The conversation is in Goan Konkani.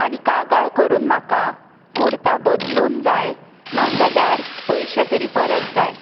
आनी कागाळ करून म्हाका कुर्ता बदलून जाय ना जाल्यार पयशे तरी परत जाय